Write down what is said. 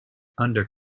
under